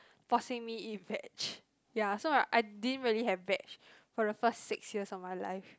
forcing me eat veg ya so right I didn't really have veg for the first six years of my life